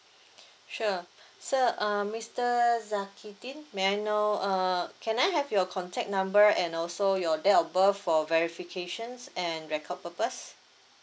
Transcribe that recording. sure so uh mister zakidin may I know uh can I have your contact number and also your date of birth for verifications and record purpose